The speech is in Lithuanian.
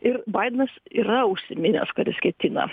ir baidenas yra užsiminęs kad jis ketina